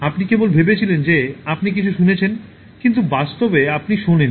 আপনি কেবল ভেবেছিলেন যে আপনি কিছু শুনেছেন কিন্তু বাস্তবে আপনি শোনেন নি